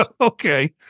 Okay